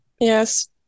Yes